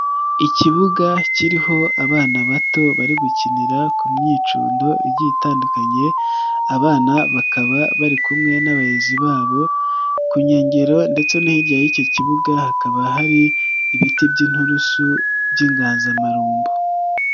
Ikibuga kiriho abana bato bari gukinira ku myicundo igiye itandukanye, abana bakaba bari kumwe n'abarezi babo, ku nkengero ndetse no hirya y'ikicyo kibuga hakaba hari ibiti by'inturusu by'inganzamarumbo.